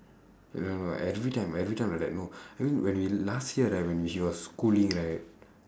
you know right every time every time like that know I mean when we last year right when she was schooling right